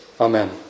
Amen